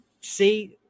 See